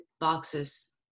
boxes